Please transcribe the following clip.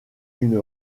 une